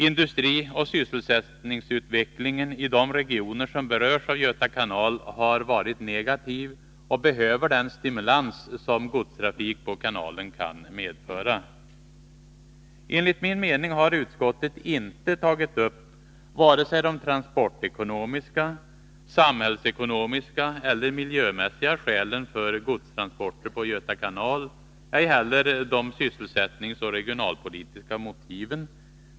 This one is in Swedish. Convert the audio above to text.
Industrioch sysselsättningsutvecklingen i de regioner som berörs av Göta kanal har varit negativ och behöver den stimulans som godstrafik på kanalen kan medföra. Enligt min mening har utskottet inte tagit upp vare sig de transportekonomiska, samhällsekonomiska eller miljömässiga skälen för godstransporter på Göta kanal, ej heller de sysselsättningsoch regionalpolitiska motiven.